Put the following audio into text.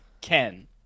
Ken